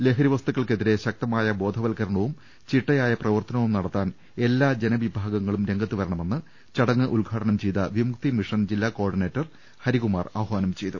ലഹരി വസ്തുക്കൾക്കെതിരെ ശക്ത മായ ബോധവത്കരണവും ചിട്ടയായ പ്രവർത്തനവും നടത്താൻ എല്ലാ ജനവി ഭാഗങ്ങളും രംഗത്തു വരണമെന്ന് ചടങ്ങ് ഉദ്ഘാടനം ചെയ്ത വിമുക്തി മിഷൻ ജില്ലാ കോ ഓർഡിനേറ്റർ ഹരികുമാർ ആഹ്വാനം ചെയ്തു